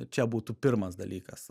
čia būtų pirmas dalykas